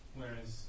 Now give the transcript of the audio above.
whereas